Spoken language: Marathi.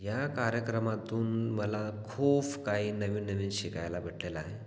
ह्या कार्यक्रमातून मला खूप काही नवीन नवीन शिकायला भेटलेलं आहे